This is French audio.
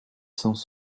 sans